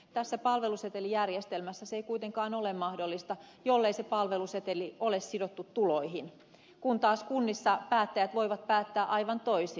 tässä palvelusetelijärjestelmässä se ei kuitenkaan ole mahdollista jollei se palveluseteli ole sidottu tuloihin kun taas kunnissa päättäjät voivat päättää aivan toisin